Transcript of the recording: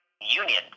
union